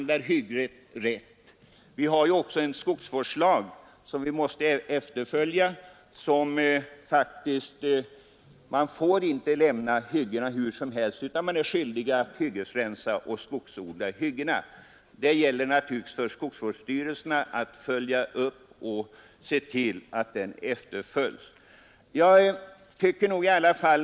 Det finns faktiskt också en skogsvårdslag som säger att man inte får lämna hyggena hur som helst, utan man är skyldig att hyggesrensa och skogsodla där. Det gäller naturligtvis för skogsvårdsstyrelserna att se till att denna lag efterföljes.